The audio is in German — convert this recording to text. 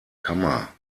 kammer